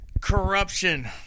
Corruption